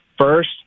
First